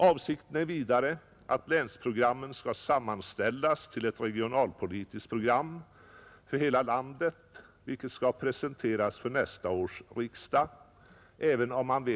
Avsikten är vidare att länsprogrammen skall sammanställas till ett regionalpolitiskt program för hela landet som skall presenteras för nästa års riksdag.